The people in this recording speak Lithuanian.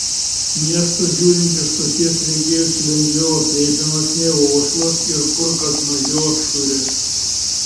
miestas žiūrint iš stoties regėjosi lengviau aprėpiamas nei oslas ir kur kas mažiau apšiuręs